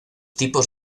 tipos